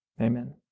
Amen